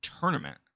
tournament